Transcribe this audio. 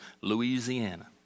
Louisiana